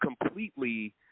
completely